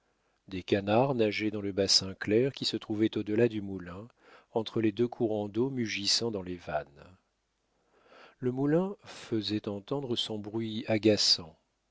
des canards nageaient dans le bassin clair qui se trouvait au delà du moulin entre les deux courants d'eau mugissant dans les vannes le moulin faisait entendre son bruit agaçant